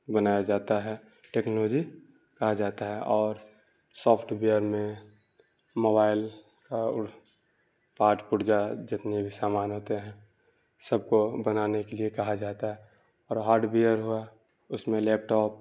بنایا جاتا ہے ٹکنالوجی کہا جاتا ہے اور سافٹ وئیر میں موبائل اور پارٹ پرزہ جتنے بھی سامان ہوتے ہیں سب کو بنانے کے لیے کہا جاتا ہے اور ہارڈ وئیر ہوا اس میں لیپ ٹاپ